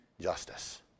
justice